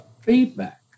feedback